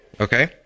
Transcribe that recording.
okay